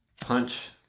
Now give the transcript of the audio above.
punch